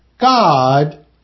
God